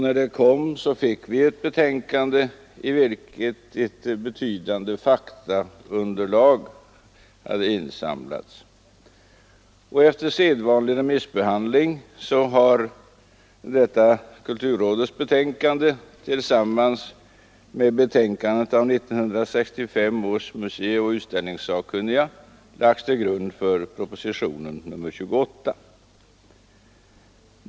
När det kom fick vi ett betänkande i vilket ett betydande faktaunderlag hade insamlats. Efter sedvanlig remissbehandling har detta kulturrådets betänkande tillsammans med betänkandet av 1965 års museioch utställningssakkunniga lagts till grund för propositionen 28.